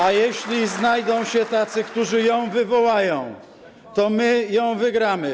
A jeśli znajdą się tacy, którzy ją wywołają, to my ją wygramy.